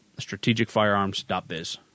strategicfirearms.biz